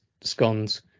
scones